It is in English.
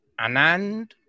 Anand